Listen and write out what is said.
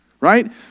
right